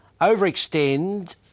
Overextend